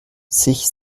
sich